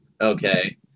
okay